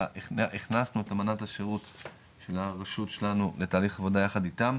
והכנסנו את אמנת השירות של הרשות שלנו לתהליך עבודה יחד איתם,